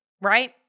right